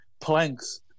planks